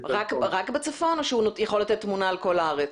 רק בצפון או שהוא יכול לתת תמונה על כל הארץ?